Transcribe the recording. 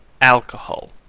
alcohol